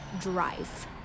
drive